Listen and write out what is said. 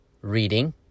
reading